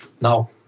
Now